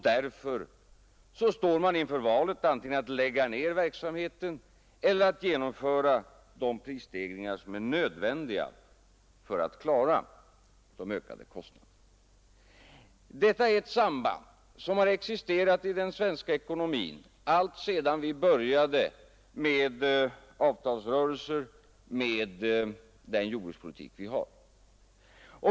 Därför står man inför valet antigen att lägga ner verksamheten eller att genomföra de prisstegringar som är nödvändiga för att klara de ökade kostnaderna. Detta är ett samband som har existerat i den svenska ekonomin alltsedan vi började med avtalsrörelser och med den nuvarande jordbrukspolitiken.